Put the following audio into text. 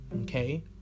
Okay